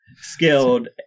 skilled